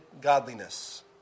godliness